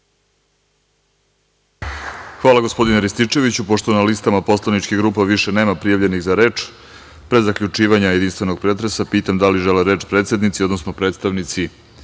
Hvala, gospodine Rističeviću. Pošto na listama poslaničkih grupa više nema prijavljenih za reč, pre zaključivanja jedinstvenog pretresa pitam da li žele reč predsednici, odnosno predstavnici